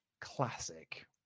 classic